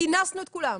כינסנו את כולם,